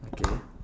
okay